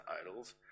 idols